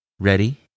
Ready